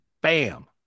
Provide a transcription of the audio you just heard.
bam